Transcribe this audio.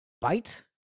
bite